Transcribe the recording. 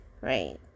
right